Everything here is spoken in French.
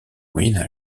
moyen